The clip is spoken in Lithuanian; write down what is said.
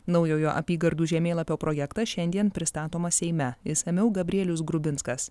naujojo apygardų žemėlapio projektas šiandien pristatomas seime išsamiau gabrielius grubinskas